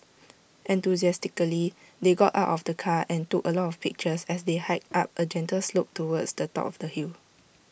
enthusiastically they got out of the car and took A lot of pictures as they hiked up A gentle slope towards the top of the hill